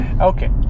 okay